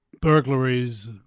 burglaries